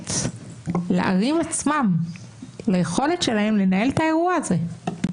באמת לערים עצמן, ליכולת שלהן לנהל את האירוע הזה.